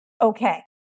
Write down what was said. okay